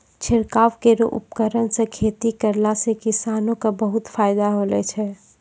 छिड़काव केरो उपकरण सँ खेती करला सें किसानो क बहुत फायदा होलो छै